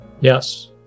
Yes